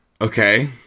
Okay